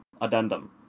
Addendum